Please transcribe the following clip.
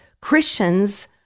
Christians